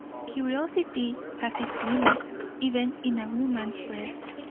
curiosity has its limits even in a woman's breast,